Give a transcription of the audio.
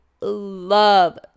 love